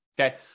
okay